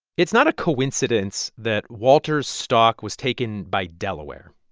it's not a coincidence that walter's stock was taken by delaware.